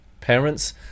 Parents